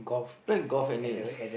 playing golf and he